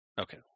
Okay